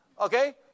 Okay